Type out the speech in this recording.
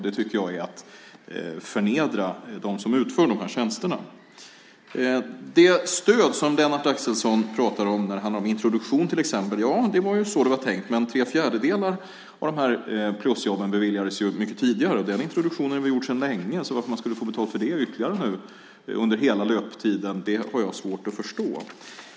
Det tycker jag är att förnedra dem som utför tjänsterna. Lennart Axelsson pratar om stöd vid introduktion. Det var så det var tänkt, men tre fjärdedelar av plusjobben beviljades mycket tidigare och den introduktionen var gjord sedan lång tid tillbaka. Jag har svårt att förstå varför man skulle få ytterligare betalt för det under hela löptiden.